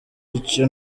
icyo